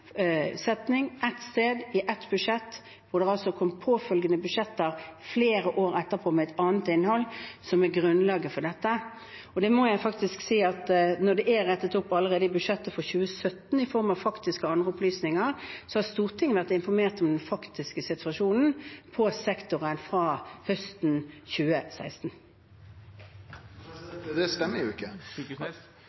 setning ett sted i ett budsjett. Det kom påfølgende budsjetter flere år etterpå med et annet innhold, som er grunnlaget for dette. Jeg må faktisk si at når det er rettet opp allerede i budsjettet for 2017 i form av faktiske andre opplysninger, har Stortinget vært informert om den faktiske situasjonen i sektoren fra høsten 2016.